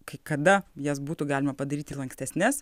kai kada jas būtų galima padaryti lankstesnes